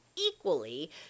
equally